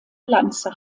lanze